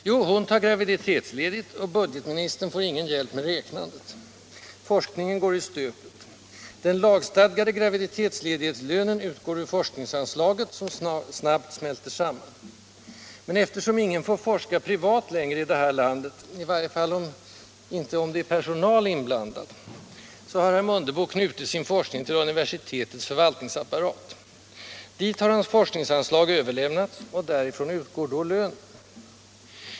Jo, hon tar graviditetsledigt och budgetministern får ingen hjälp med räknandet. Forskningen går i stöpet. Den lagstadgade graviditetsledighetslönen utgår ur forskningsanslaget, som raskt smälter samman. Men eftersom ingen får forska privat längre i det här landet, i varje fall inte om det är personal inblandad, så har herr Mundebo knutit sin forskning till universitetets förvaltningsapparat. Dit har hans forskningsanslag överlämnats, och därifrån utgår då lönen.